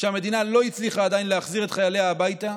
שהמדינה לא הצליחה להחזיר את חייליה הביתה.